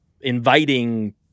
inviting